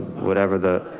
whatever the.